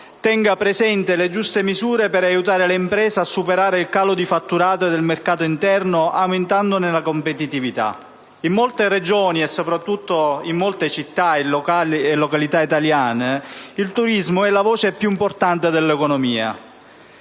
tenga presente le giuste misure per aiutare le imprese a superare il calo di fatturato del mercato interno, aumentandone la competitività. In molte Regioni e soprattutto in molte città e località italiane, il turismo è la voce più importante dell'economia.